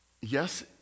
yes